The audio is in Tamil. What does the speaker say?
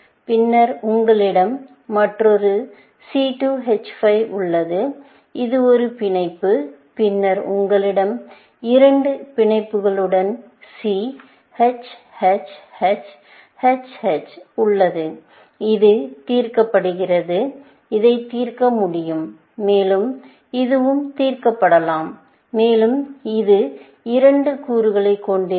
பின்னர் உங்களிடம் மற்றொரு C2 H5 உள்ளது இது ஒரு பிணைப்பு பின்னர் உங்களிடம் இரண்டு பிணைப்புகளுடன் C H H H H H உள்ளது இது தீர்க்கப்படுகிறது இதை தீர்க்க முடியும் மேலும் இதுவும் தீர்க்கப்படலாம் மேலும் இது இரண்டு கூறுகளை கொண்டிருக்கும்